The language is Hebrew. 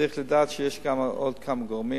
צריך לדעת שיש עוד כמה גורמים.